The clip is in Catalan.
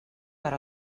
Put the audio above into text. per